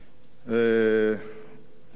מצב מעניין,